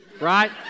right